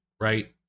right